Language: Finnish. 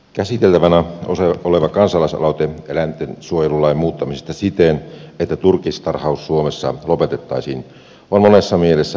käsiteltävänä oleva kansalaisaloite eläintensuojelulain muuttamisesta siten että turkistarhaus suomessa lopetettaisiin on monessa mielessä merkittävä tapaus